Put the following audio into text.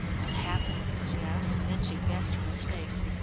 what happened? she asked, and then she guessed from his face.